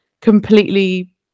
completely